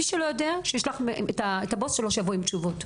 מי שלא יודע, שישלח את הבוס שלו שיבוא עם תשובות.